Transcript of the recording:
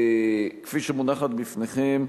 כפי שמונחת בפניכם,